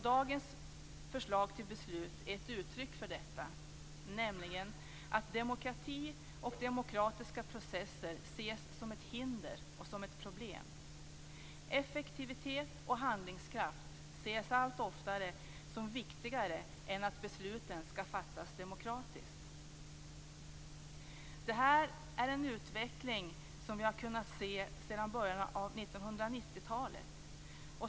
Dagens förslag till beslut är ett uttryck för detta, nämligen att demokrati och demokratiska processer ses som ett hinder och ett problem. Effektivitet och handlingskraft ses allt oftare som viktigare än att besluten skall fattas demokratiskt. Det är en utveckling som vi har kunnat se sedan början av 1990-talet.